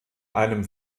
einem